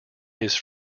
his